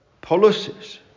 policies